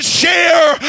share